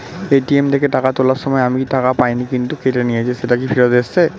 ATM থেকে টাকা তোলার সময় আমি টাকা পাইনি কিন্তু কেটে নিয়েছে সেটা কি ফেরত এসেছে?